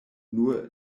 nur